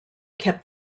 kept